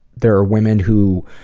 there are woman who,